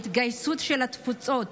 ההתגייסות של התפוצות